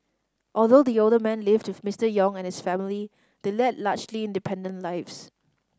although the older man lived with Mister Yong and his family they led largely independent lives